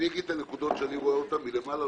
אגיד את הנקודות שאני רואה אותן מלמעלה.